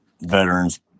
veterans